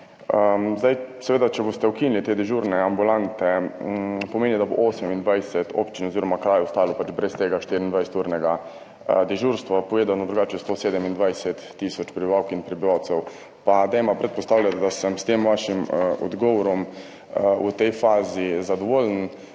Seveda, če boste ukinili te dežurne ambulante, pomeni, da bo 28 občin oziroma krajev ostalo brez štiriindvajseturnega dežurstva. Povedano drugače, 127 tisoč prebivalk in prebivalcev. Pa dajmo predpostavljati, da sem s tem vašim odgovorom v tej fazi zadovoljen,